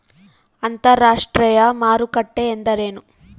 ಅಂತರಾಷ್ಟ್ರೇಯ ಮಾರುಕಟ್ಟೆ ಎಂದರೇನು?